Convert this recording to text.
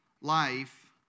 life